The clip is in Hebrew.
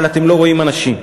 אבל אתם לא רואים אנשים.